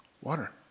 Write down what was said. Water